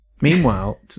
meanwhile